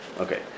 Okay